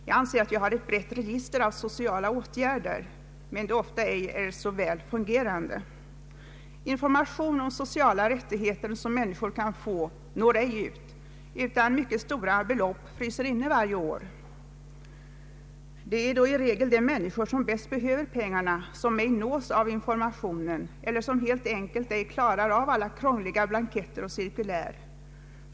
Jag anser att vi har ett brett register av sociala åtgärder men att det ofta ej är så väl fungerande, Information om sociala rättigheter som människor kan få når ej ut, utan mycket stora belopp fryser inne varje år. Det är i regel de människor som bäst behöver pengarna som ej nås av informationen eller som helt enkelt ej klarar av alla krångliga blanketter och cirkulär.